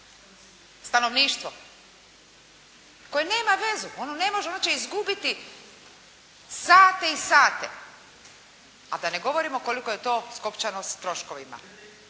stanovništvo koje nema vezu, ono će izgubiti sate i sate, a da ne govorimo koliko je to skopčano s troškovima.